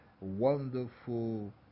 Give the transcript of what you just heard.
wonderful